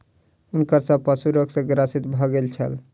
हुनकर सभ पशु रोग सॅ ग्रसित भ गेल छल